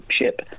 ship